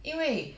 因为